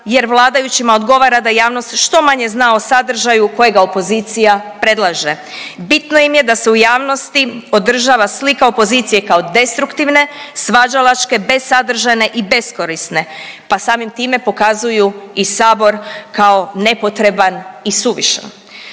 jer vladajućima odgovara da javnost što manje zna o sadržaju kojega opozicija predlaže. Bitno im je da se u javnosti održava slika opozicije kao destruktivne, svađalačke, besadržajne i beskorisne, pa samim time pokazuju i sabor kao nepotreban i suvišan.